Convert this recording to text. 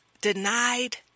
denied